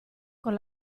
con